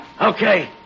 Okay